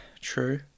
True